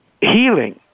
healing